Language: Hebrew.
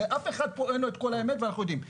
אף אחד פה אין לו את כל האמת ואנחנו יודעים.